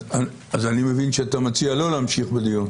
אני מבין שאתה מציע לא להמשיך בדיון.